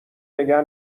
نگه